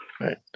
right